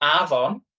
Avon